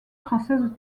française